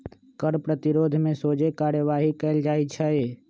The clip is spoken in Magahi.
कर प्रतिरोध में सोझे कार्यवाही कएल जाइ छइ